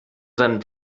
sein